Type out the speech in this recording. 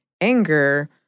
anger